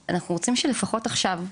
אז אנחנו רוצים שלפחות עכשיו,